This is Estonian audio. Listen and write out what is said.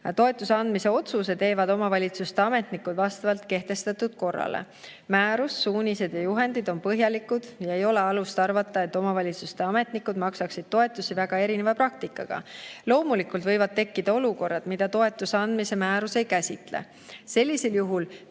Toetuse andmise otsuse teevad omavalitsuste ametnikud vastavalt kehtestatud korrale. Määrus, suunised ja juhendid on põhjalikud. Ei ole alust arvata, et omavalitsuste ametnikud maksaksid toetusi väga erineva praktikaga. Loomulikult võivad tekkida olukorrad, mida toetuse andmise määrus ei käsitle. Sellisel juhul